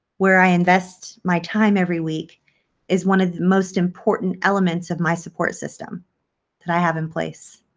where i invest my time every week is one of the most important elements of my support system that i have in place.